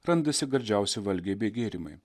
randasi gardžiausi valgiai bei gėrimai